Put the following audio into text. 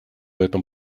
этом